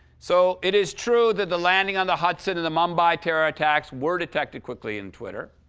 so it is true that the landing on the hudson and the mumbai terror attacks were detected quickly in twitter.